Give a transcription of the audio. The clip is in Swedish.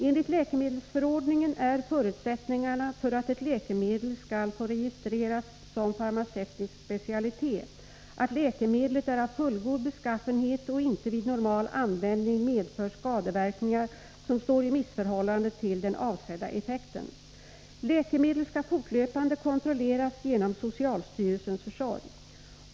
Enligt läkemedelsförordningen är förutsättningarna för att ett läkemedel skall få registreras som farmaceutisk specialitet att läkemedlet är av fullgod beskaffenhet och inte vid normal användning medför skadeverkningar som står i missförhållande till den avsedda effekten. Läkemedel skall fortlöpande kontrolleras genom socialstyrelsens försorg.